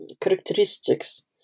characteristics